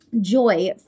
joy